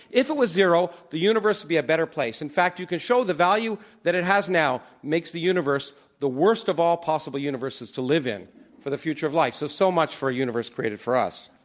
if it was zero, the universe would be a better place. in fact, you can show the value that it has now makes the universe the worst of all possible universes to live in for the future of life. so, so much for a universe created for us.